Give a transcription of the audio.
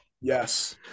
Yes